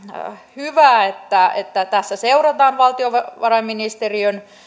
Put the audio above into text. hyvä että että tässä seurataan valtiovarainministeriön